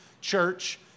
Church